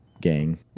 gang